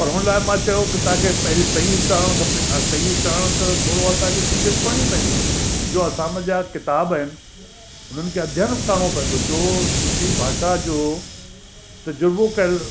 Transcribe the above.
पर हुन लाइ मां चयो की तव्हांखे पहिरीं सही उच्चारण खपे सही उच्चारण त थोरो त असांखे सिंधीयत पढ़णी पवंदी जो असां मुंहिंजा किताब आहिनि उन्हनि खे अध्ययन करिणो पवंदो जो सिंधी भाषा जो तज़ुर्बो कयल